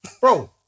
Bro